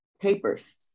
papers